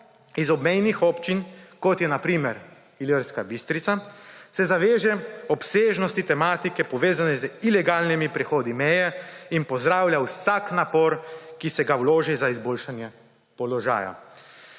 iz obmejnih občin, kot je na primer Ilirska Bistrica, se zave obsežnosti tematike, povezane z ilegalnimi prehodi meje, in pozdravlja vsak napor, ki se ga vloži za izboljšanje položaja.